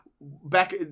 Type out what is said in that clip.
back